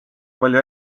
palju